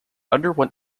underwent